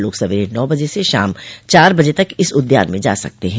लोग सवेरे नौ बजे से शाम चार बजे तक इस उद्यान में जा सकते ह